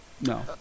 no